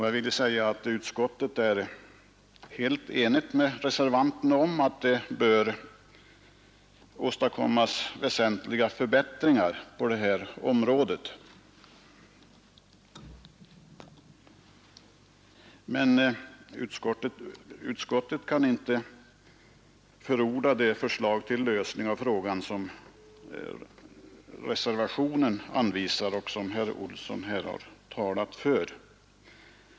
Jag vill säga att utskottet är helt överens med reservanten om att det bör åstadkommas väsentliga förbättringar på det här området. Men utskottet kan inte förorda det förslag till lösning av frågan som reservationen anvisar och som herr Olsson här har talat för.